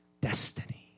destiny